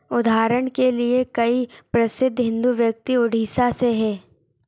उदाहरण के लिए कई प्रसिद्ध हिंदू व्यक्ति ओडिशा से हैं